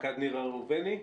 ראובני.